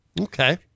Okay